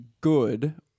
good